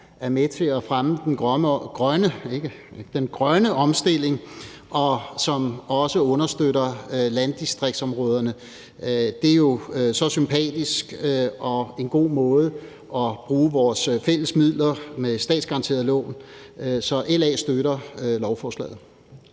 er med til at fremme den grønne omstilling, og som også understøtter landdistriktsområderne. Det er jo så sympatisk og er en god måde at bruge vores fælles midler i form af statsgaranterede lån på, så LA støtter lovforslaget.